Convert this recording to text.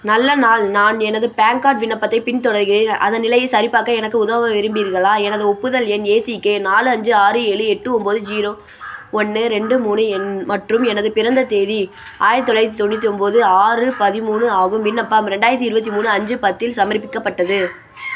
நல்ல நாள் நான் எனது பேன் கார்டு விண்ணப்பத்தைப் பின் தொடர்கிறேன் அதன் நிலையை சரிபார்க்க எனக்கு உதவ விரும்புகிறீர்களா எனது ஒப்புதல் எண் ஏ சி கே நாலு அஞ்சு ஆறு ஏழு எட்டு ஒம்போது ஜீரோ ஒன்று ரெண்டு மூணு என் மற்றும் எனது பிறந்த தேதி ஆயிரத்தி தொள்ளாயிரத்தி தொண்ணூற்றி ஒம்போது ஆறு பதிமூணு ஆகும் விண்ணப்பம் ரெண்டாயிரத்தி இருபத்தி மூணு அஞ்சு பத்தில் சமர்ப்பிக்கப்பட்டது